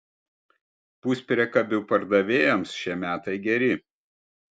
puspriekabių pardavėjams šie metai geri